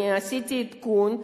אני עשיתי עדכון.